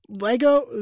lego